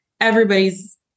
Everybody's